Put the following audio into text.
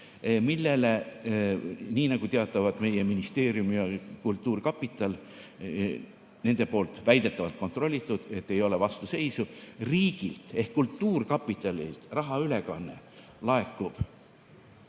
millele – nii nagu teatavad meie ministeerium ja kultuurkapital, nende poolt väidetavalt kontrollitud, et ei ole vastuseisu – riigilt ehk kultuurkapitalilt rahaülekanne laekub